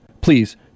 Please